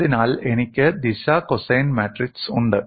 അതിനാൽ എനിക്ക് ദിശ കോസൈൻ മാട്രിക്സ് ഉണ്ട്